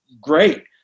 great